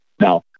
Now